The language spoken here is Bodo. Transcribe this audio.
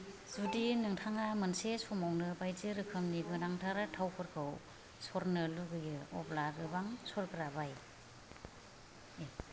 जुदि नोंथाङा मोनसे समावनो बायदि रोखोमनि गोनांथार थावफोरखौ सरनो लुगैयो अब्ला गोबां सरग्रा बाय